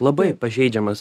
labai pažeidžiamas